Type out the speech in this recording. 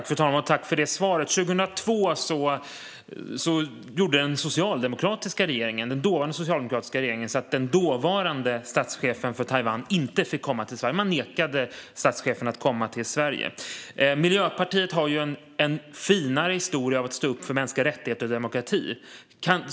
Fru talman! Tack, Isabella Lövin, för svaret! År 2002 gjorde den dåvarande socialdemokratiska regeringen så att den dåvarande statschefen för Taiwan inte fick komma till Sverige. Man nekade statschefen att komma till Sverige. Miljöpartiet har en finare historia när det gäller att stå upp för mänskliga rättigheter och demokrati.